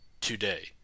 today